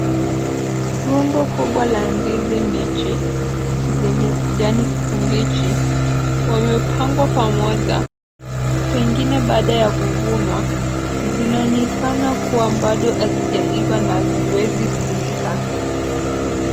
Rundo kubwa la ndizi mbichi, zenye kijani kibichi , wamepangwa pamoja pengine baada ya kuvunwa zinaonekana kuwa bado hazijaiva na haziwezi kulika.